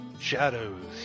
Shadows